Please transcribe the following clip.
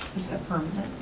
that permanent?